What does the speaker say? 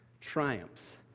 Triumphs